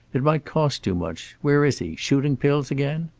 it might cost too much. where is he? shooting pills again?